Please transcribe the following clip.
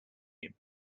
him